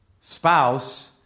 spouse